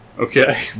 Okay